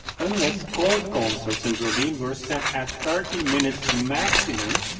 unless court concerts in berlin were set at thirty minutes maximum,